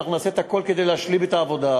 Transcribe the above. אנחנו נעשה את הכול כדי להשלים את העבודה.